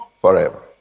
forever